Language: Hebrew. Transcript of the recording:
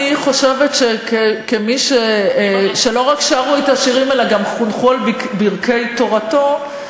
אני חושבת שכמי שלא רק שרו את השירים אלא גם חונכו על ברכי תורתו,